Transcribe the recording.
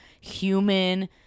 human